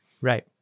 Right